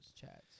chats